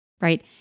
right